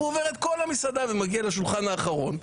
והוא עובר את כל המסעדה ומגיע לשולחן האחרון,